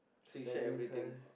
so you shared everything